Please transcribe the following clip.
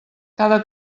cada